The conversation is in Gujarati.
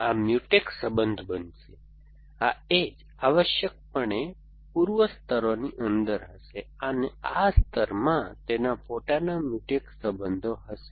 આ મ્યુટેક્સ સંબંધ બનશે આ એજ આવશ્યકપણે પૂર્વ સ્તરોની અંદર હશે અને આ સ્તરમાં તેના પોતાના મ્યુટેક્સ સંબંધો હશે